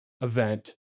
event